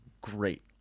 Great